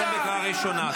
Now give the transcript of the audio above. אתם בקריאה ראשונה.